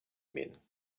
min